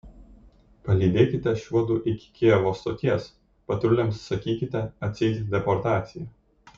palydėkite šiuodu iki kijevo stoties patruliams sakykite atseit deportacija